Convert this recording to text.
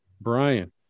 Brian